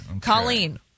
Colleen